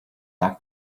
for